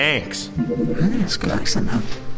Thanks